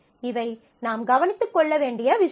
இவை நாம் கவனித்துக் கொள்ள வேண்டிய விஷயங்கள்